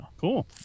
Cool